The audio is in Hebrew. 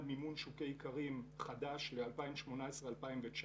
מימון שוקי איכרים חדש ל-2018 ו-2019.